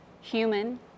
human